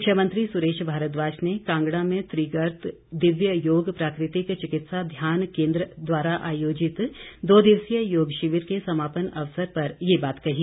शिक्षा मंत्री सुरेश भारद्वाज ने कांगड़ा में त्रिगर्त दिव्य योग प्राकृतिक चिकित्सा ध्यान केंद्र द्वारा आयोजित दो दिवसीय योग शिविर के समापन अवसर पर ये बात कही